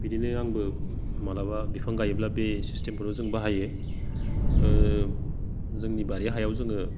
बिदिनो आंबो मालाबा बिफां गायोब्ला बे सेस्टेमखोनो जों बाहायो जोंनि बारि हायाव जोङो